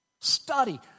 study